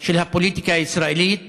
של הפוליטיקה הישראלית